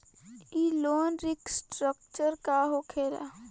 ई loan restructure का होखे ला?